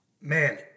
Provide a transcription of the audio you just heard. Man